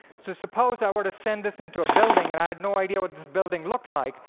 so suppose i were to send this into a building, and i had no idea what this building looked like.